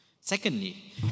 Secondly